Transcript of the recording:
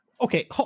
okay